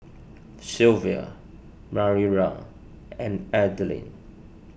Silvia and Adline